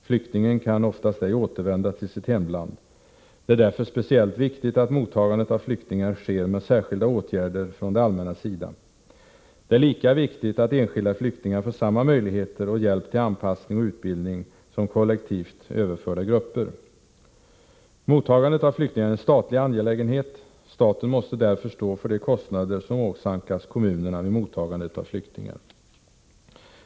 Flyktingen kan oftast ej återvända till sitt hemland. Det är därför speciellt viktigt att mottagandet av flyktingar sker med särskilda åtgärder från det allmännas sida. Det är lika viktigt att enskilda flyktingar får samma möjligheter och hjälp till anpassning och utbildning som kollektivt överförda grupper. Mottagandet av flyktingar är en statlig angelägenhet. Staten måste därför stå för de kostnader som åsamkas kommunerna vid mottagandet av flyktingar.